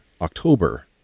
October